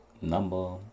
number